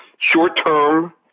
short-term